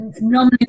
Normally